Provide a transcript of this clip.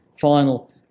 final